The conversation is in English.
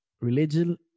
religion